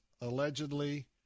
allegedly